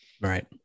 right